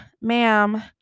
ma'am